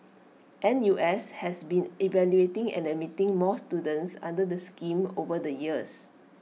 N U S has been evaluating and admitting more students under the scheme over the years